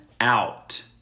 out